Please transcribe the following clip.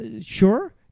Sure